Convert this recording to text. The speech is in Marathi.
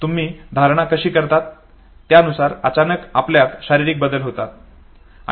तुम्ही धारणा कशी करतात त्यानुसार अचानक आपल्यात शारीरिक बदल होतात